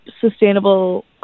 sustainable